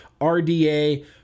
RDA